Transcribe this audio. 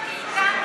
מה אתה רוצה מאתנו?